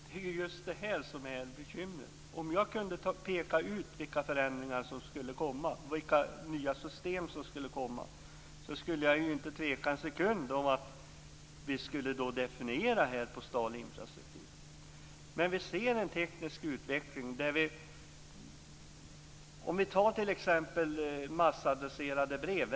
Fru talman! Det är just det som är bekymret. Om jag kunde peka ut vilka nya system som skall komma skulle jag inte tveka en sekund när det gäller att definiera begreppet postal infrastruktur. Vi ser här en teknisk utveckling. Ta t.ex. de massadresserade breven.